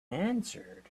answered